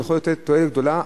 זה יכול לתת תועלת גדולה.